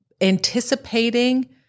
anticipating